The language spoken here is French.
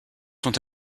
sont